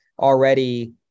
already